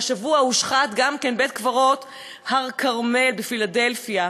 והשבוע הושחת גם בית-הקברות 'הר כרמל' בפילדלפיה,